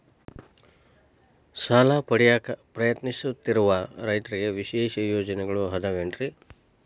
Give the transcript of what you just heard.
ಸಾಲ ಪಡೆಯಾಕ್ ಪ್ರಯತ್ನಿಸುತ್ತಿರುವ ರೈತರಿಗೆ ವಿಶೇಷ ಪ್ರಯೋಜನಗಳು ಅದಾವೇನ್ರಿ?